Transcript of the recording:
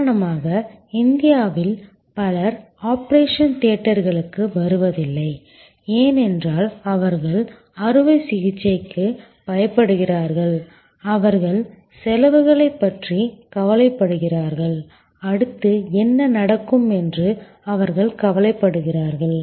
உதாரணமாக இந்தியாவில் பலர் ஆபரேஷன் தியேட்டருக்கு வருவதில்லை ஏனென்றால் அவர்கள் அறுவை சிகிச்சைக்கு பயப்படுகிறார்கள் அவர்கள் செலவுகளைப் பற்றி கவலைப்படுகிறார்கள் அடுத்து என்ன நடக்கும் என்று அவர்கள் கவலைப்படுகிறார்கள்